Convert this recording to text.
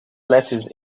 letters